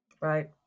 Right